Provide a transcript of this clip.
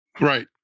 Right